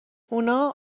اونا